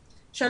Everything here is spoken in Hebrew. ...